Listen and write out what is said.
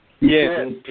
Yes